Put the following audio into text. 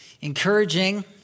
encouraging